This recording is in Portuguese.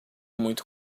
muito